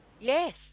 Yes